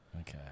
Okay